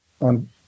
on